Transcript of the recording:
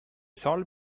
salt